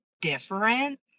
different